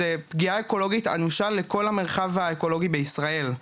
זה פגיעה אקולוגית אנושה לכל המרחב האקולוגי בישראל,